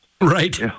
Right